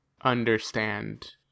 understand